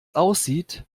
aussieht